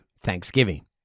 Thanksgiving